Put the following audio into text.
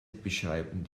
beschreiben